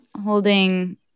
holding